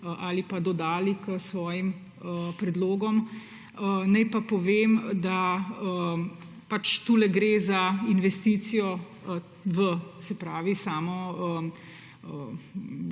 ali pa dodali k svojim predlogom. Naj pa povem, da gre tu za investicijo v samo, bom